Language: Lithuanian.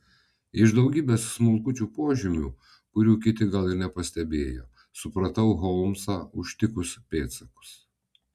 iš daugybės smulkučių požymių kurių kiti gal ir nepastebėjo supratau holmsą užtikus pėdsakus